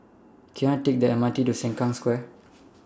Can I Take The M R T to Sengkang Square